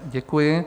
Děkuji.